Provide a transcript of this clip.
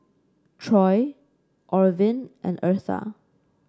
Troy Orvin and Eartha